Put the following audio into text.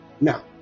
Now